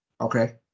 Okay